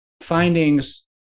findings